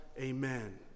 amen